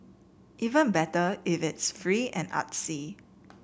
even better if it's free and artsy